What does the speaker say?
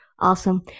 Awesome